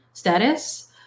status